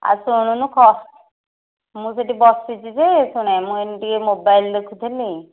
ଆଉ ଶୁଣୁନୁ ଖ ମୁଁ ସେଠି ବସିଛି ଯେ ଶୁଣେ ମୁଁ ଏହିନେ ଟିକେ ମୋବାଇଲ ଦେଖୁଥିଲି